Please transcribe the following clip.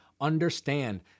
understand